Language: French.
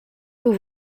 vous